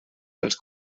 dels